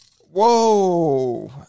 Whoa